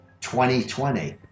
2020